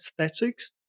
aesthetics